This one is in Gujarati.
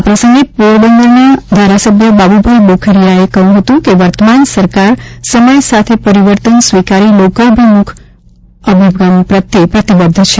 આ પ્રસંગે પોરબંદરના ધારાસભ્યશ્રી બાબુભાઇ બોખીરીયાએ કહ્યુ કે વર્તમાન સરકાર સમય સાથે પરીવર્તન સ્વીકારી લોકાભીમુખ અભિગમ પ્રત્યે પ્રતિબધ્ધ છે